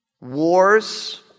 wars